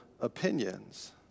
opinions